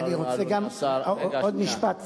ואני רוצה גם לומר עוד משפט סיום.